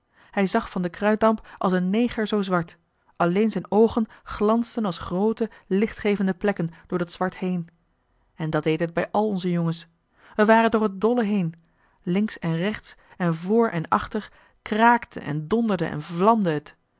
hij zag van den kruitdamp als een neger zoo zwart alleen zijn oogen glansden als groote lichtgevende plekken door dat zwart heen en dat deed het bij al onze jongens we waren door t dolle heen links en rechts en voor en achter kraakte en donderde en